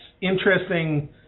interesting